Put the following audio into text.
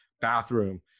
bathroom